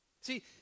See